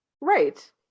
Right